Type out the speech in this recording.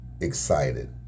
excited